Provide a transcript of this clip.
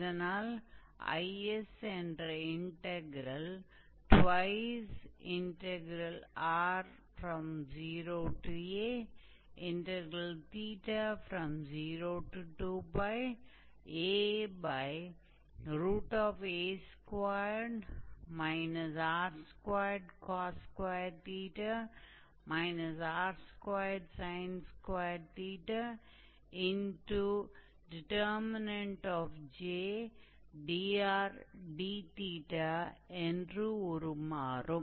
இதனால் Is என்ற integral 2r0a02aa2 r2cos2 r2sin2Jdrd என்று உருமாறும்